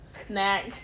snack